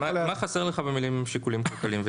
מה חסר לך במילים שיקולים כלכליים ותקציביים?